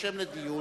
תירשם לדיון.